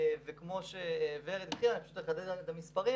וכמו שורד התחילה, אני פשוט אחדד את המספרים